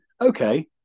okay